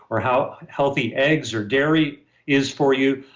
or how healthy eggs or dairy is for you,